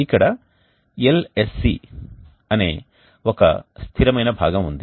ఇక్కడ LSC అనే ఒక స్థిరమైన భాగం ఉంది